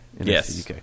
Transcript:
Yes